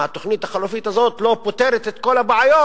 אומנם התוכנית החלופית הזאת לא פותרת את כל הבעיות,